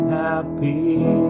happy